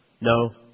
No